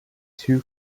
two